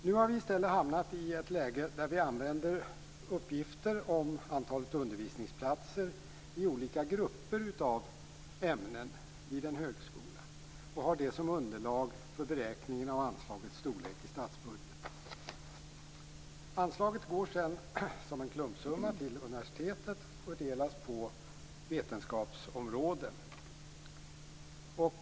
Nu har vi i stället hamnat i ett läge där vi använder uppgifter om antalet undervisningsplatser i olika grupper av ämnen vid en högskola. Detta blir underlag för beräkningen av anslaget storlek i statsbudgeten. Anslaget går sedan som en klumpsumma till universitetet och fördelas på vetenskapsområden.